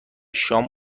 شام